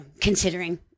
Considering